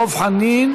דב חנין